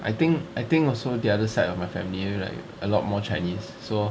I think I think also the other side of my family right a lot more chinese so